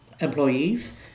employees